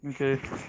Okay